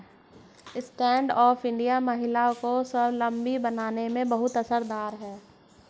stand up India महिलाओं को स्वावलम्बी बनाने में बहुत असरदार है